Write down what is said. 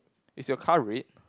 is your car red